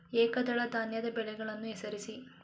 ಏಕದಳ ಧಾನ್ಯದ ಬೆಳೆಗಳನ್ನು ಹೆಸರಿಸಿ?